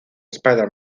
spider